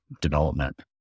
development